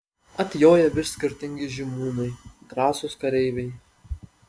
atjoja vis skirtingi žymūnai drąsūs kareiviai